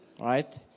right